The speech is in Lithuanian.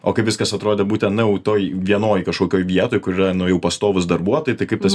o kaip viskas atrodė būtent na jau toj vienoj kažkokioj vietoj kur yra na jau pastovūs darbuotojai tai kaip tas